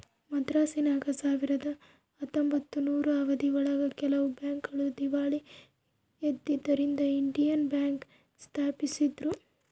ಮದ್ರಾಸಿನಾಗ ಸಾವಿರದ ಹತ್ತೊಂಬತ್ತನೂರು ಅವಧಿ ಒಳಗ ಕೆಲವು ಬ್ಯಾಂಕ್ ಗಳು ದೀವಾಳಿ ಎದ್ದುದರಿಂದ ಇಂಡಿಯನ್ ಬ್ಯಾಂಕ್ ಸ್ಪಾಪಿಸಿದ್ರು